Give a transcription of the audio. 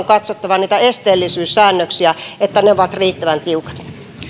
katsottava niitä esteellisyyssäännöksiä että ne ovat riittävän tiukat